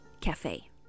Cafe